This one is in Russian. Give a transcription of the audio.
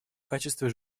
качества